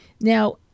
Now